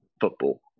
football